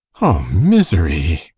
misery!